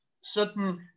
certain